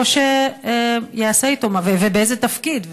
2. באיזה תפקיד?